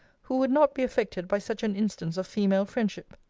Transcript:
who would not be affected by such an instance of female friendship?